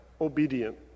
obedient